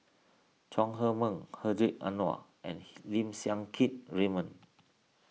Chong Heman Hedwig Anuar and Lim Siang Keat Raymond